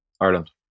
Ireland